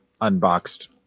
unboxed